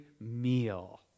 meal